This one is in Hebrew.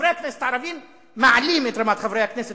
חברי הכנסת הערבים מעלים את רמת חברי הכנסת